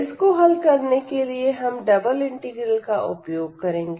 इसको हल करने के लिए हम डबल इंटीग्रल का उपयोग करेंगे